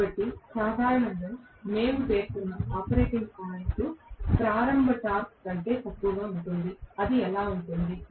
కాబట్టి సాధారణంగా మేము పేర్కొన్న ఆపరేటింగ్ పాయింట్ ప్రారంభ టార్క్ కంటే తక్కువగా ఉంటుంది అది ఎలా ఉంటుంది